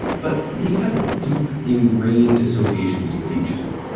but we have deep ingrained associations with each of them.